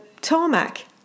tarmac